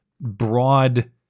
broad